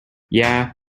yeah